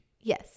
Yes